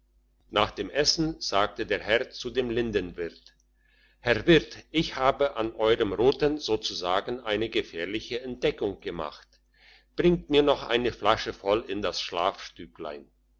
nach dem essen sagte der herr zu dem lindenwirt herr wirt ich hab an eurem roten sozusagen eine gefährliche entdeckung gemacht bringt mir noch eine flasche voll in das